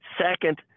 Second